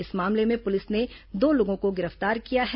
इस मामले में पुलिस ने दो लोगों को गिरफ्तार किया है